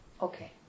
Okay